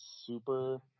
super